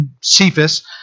Cephas